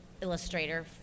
illustrator